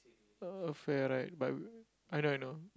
affair right but I know I know